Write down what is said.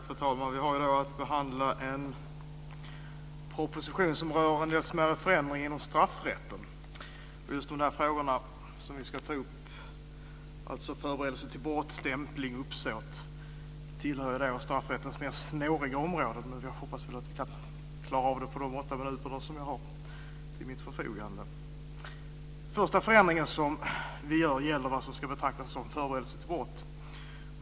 Fru talman! Vi har i dag att behandla en proposition som rör en del smärre förändringar inom straffrätten. Just de frågor som vi ska ta upp, alltså förberedelse till brott, stämpling och uppsåt, tillhör straffrättens mest snåriga områden. Men vi hoppas väl att vi kan klara av det på de åtta minuter som jag har till mitt förfogande. Den första förändringen vi gör gäller vad som ska betraktas som förberedelse till brott.